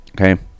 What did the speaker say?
Okay